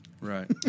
Right